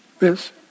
Yes